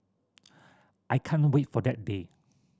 I can't wait for that day